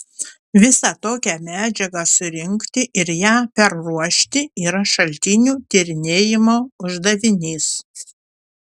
visą tokią medžiagą surinkti ir ją perruošti yra šaltinių tyrinėjimo uždavinys